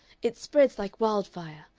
it spreads like wildfire.